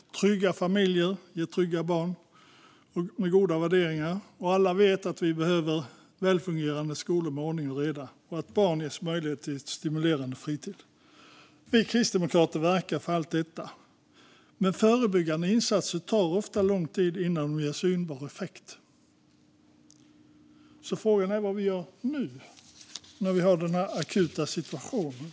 Trygga familjer ger trygga barn med goda värderingar. Alla vet att vi behöver välfungerande skolor med ordning och reda och att barn behöver ges möjlighet till stimulerande fritid. Vi kristdemokrater verkar för allt detta, men förebyggande insatser tar ofta lång tid innan de ger synbar effekt. Frågan är vad vi gör nu, när vi har den här akuta situationen.